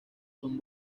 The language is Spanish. son